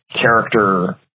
character